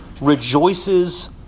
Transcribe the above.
rejoices